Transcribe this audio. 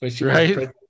Right